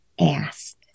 asked